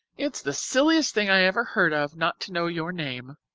it's the silliest thing i ever heard of, not to know your name.